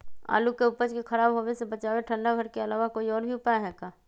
आलू के उपज के खराब होवे से बचाबे ठंडा घर के अलावा कोई और भी उपाय है का?